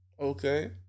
okay